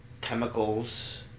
chemicals